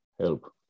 help